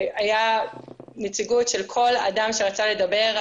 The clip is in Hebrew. היה נציגות של כל אדם שרצה לדבר,